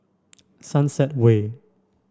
Sunset Way